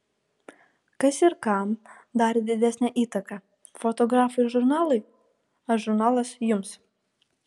kas ir kam darė didesnę įtaką fotografai žurnalui ar žurnalas jums